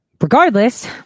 regardless